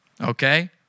okay